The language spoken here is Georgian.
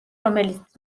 რომელიც